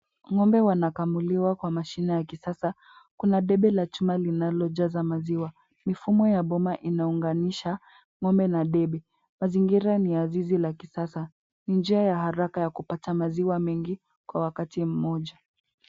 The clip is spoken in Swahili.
Ng'ombe wanakamuliwa kwa mashine ya kisasa, kuna debe la chuma linalojaza maziwa, mifumo ya boma inaunganisha, ng'ombe na debe. Mazingira ni ya zizi la kisasa, ni njia ya haraka ya kupata maziwa mengi kwa wakati mmoja.